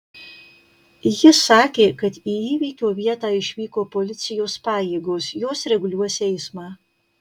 ji sakė kad į įvykio vietą išvyko policijos pajėgos jos reguliuos eismą